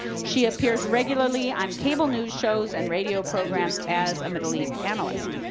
she appears regularly on cable news shows and radio programs as a middle east analyst.